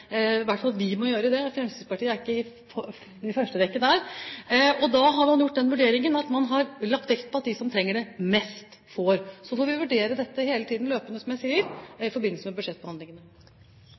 Vi må i hvert fall gjøre det, Fremskrittspartiet er ikke i første rekke der. Da har man gjort den vurderingen at man har lagt vekt på at de som trenger det mest, får. Og så får vi vurdere dette løpende hele tiden,